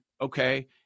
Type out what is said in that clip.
okay